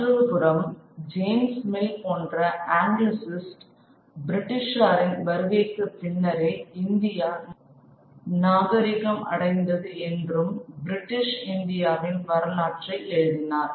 மற்றொருபுறம் James Mill போன்ற ஆங்கிலசிஸ்ட் பிரிட்டிஷாரின் வருகைக்கு பின்னரே இந்தியா நாகரீகம் அடைந்து என்றும் பிரிட்டிஷ் இந்தியாவின் வரலாற்றை எழுதினார்